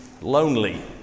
lonely